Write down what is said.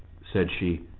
said she,